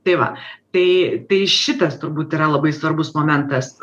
tai va tai tai šitas turbūt yra labai svarbus momentas